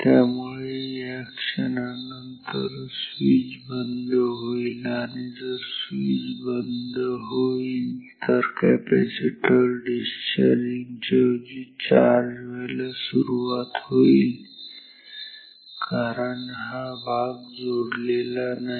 त्यामुळे या क्षणानंतर स्वीच बंद होईल आणि जर स्विच बंद होईल तर कॅपॅसिटर डिस्चार्जिंग च्या ऐवजी चार्ज व्हायला सुरुवात होईल कारण हा भाग जोडलेला नाही